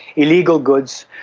illegal goods.